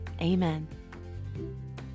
Amen